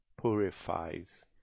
purifies